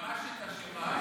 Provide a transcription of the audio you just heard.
היועמ"שית אשמה.